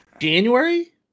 January